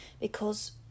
because